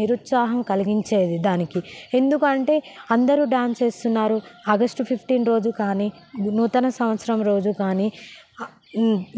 నిరుత్సాహం కలిగించేది దానికి ఎందుకంటే అందరూ డ్యాన్స్ చేస్తున్నారు ఆగస్టు ఫిఫ్టీన్ రోజు కానీ నూతన సంవత్సరం రోజు కానీ